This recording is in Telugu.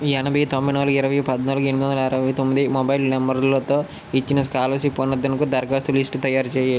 ఎనభై తొంభై నాలుగు ఇరవై పధ్నాలుగు ఎనిమిది వందల అరవై తొమ్మిది మొబైల్ నంబరుతో ఇచ్చిన స్కాలర్షిప్ పునరుద్ధరణకు దరఖాస్తుల లిస్టు తయారు చేయి